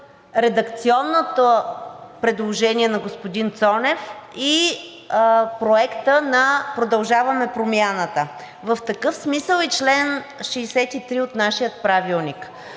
редакционното предложение на господин Цонев и Проекта на „Продължаваме Промяната“. В такъв смисъл е и чл. 63 от нашия Правилник.